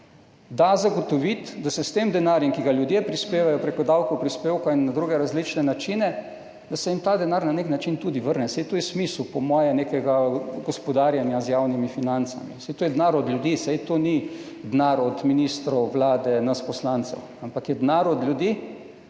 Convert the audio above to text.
da zagotoviti, da se jim ta denar, ki ga ljudje prispevajo prek davkov, prispevkov in na različne druge načine, na nek način tudi vrne, saj je to po moje smisel nekega gospodarjenja z javnimi financami. To je denar od ljudi, saj to ni denar od ministrov, Vlade, nas poslancev, ampak je denar od ljudi,